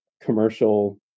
commercial